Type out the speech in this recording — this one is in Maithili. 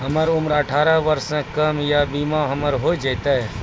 हमर उम्र अठारह वर्ष से कम या बीमा हमर हो जायत?